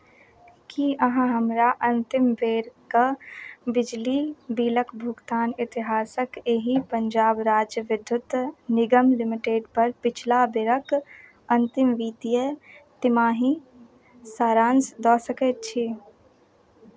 कि अहाँ हमरा अन्तिम बेरके बिजली बिलके भुगतान इतिहासके एहि पञ्जाब राज्य विद्युत निगम लिमिटेडपर पछिला बेरके अन्तिम वित्तीय तिमाही सारान्श दऽ सकै छी